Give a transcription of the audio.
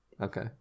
Okay